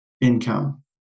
income